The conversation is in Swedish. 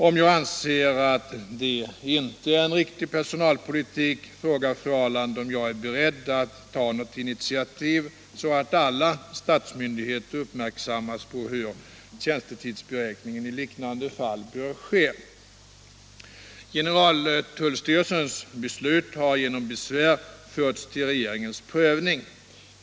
Om jag anser att detta inte är en riktig personalpolitik, frågar fru Ahrland om jag är beredd att ta något initiativ så att alla statsmyndigheter uppmärksammas på hur tjänstetidsberäkningen i liknande fall bör ske. Generaltullstyrelsens beslut har genom besvär förts till regeringens prövning.